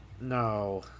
No